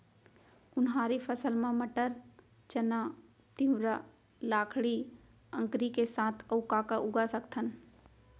उनहारी फसल मा मटर, चना, तिंवरा, लाखड़ी, अंकरी के साथ अऊ का का उगा सकथन?